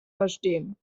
verstehen